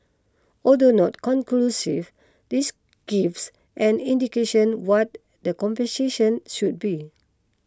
although not conclusive this gives an indication what the compensation should be